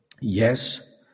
yes